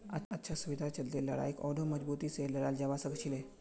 अच्छा सुविधार चलते लड़ाईक आढ़ौ मजबूती से लड़ाल जवा सखछिले